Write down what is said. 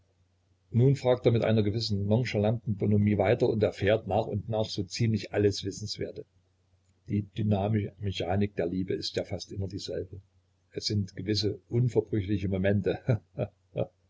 nun fragt er mit einer gewissen nonchalanten bonhomie weiter und erfährt nach und nach so ziemlich alles wissenswerte die dynamische mechanik der liebe ist ja fast immer dieselbe es sind gewisse unverbrüchliche momente